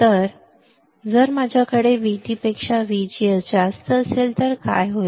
आता जर माझ्याकडे VT पेक्षा VGS जास्त असेल तर काय होईल